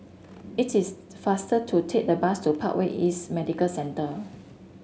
it is faster to take the bus to Parkway East Medical Centre